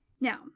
Now